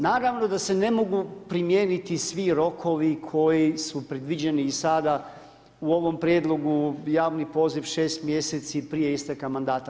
Naravno da se ne mogu primijeniti svi rokovi koji su predviđeni i sada u ovom prijedlogu javni poziv 6 mjeseci prije isteka mandata.